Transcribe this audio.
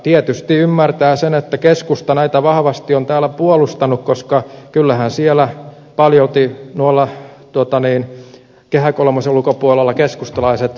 tietysti ymmärtää sen että keskusta näitä vahvasti on täällä puolustanut koska kyllähän siellä paljolti kehä kolmosen ulkopuolella keskustalaiset kabinettipäättäjät ovatkin